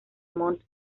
montt